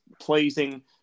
pleasing